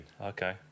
Okay